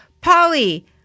Polly